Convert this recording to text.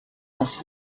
das